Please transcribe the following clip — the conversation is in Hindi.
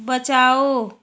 बचाओ